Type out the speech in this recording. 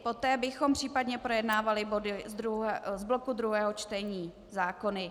Poté bychom případně projednávali body z bloku druhého čtení zákony.